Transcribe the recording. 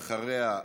אחריה,